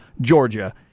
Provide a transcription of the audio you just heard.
Georgia